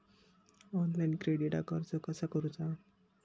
Online क्रेडिटाक अर्ज कसा करुचा?